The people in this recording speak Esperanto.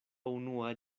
unua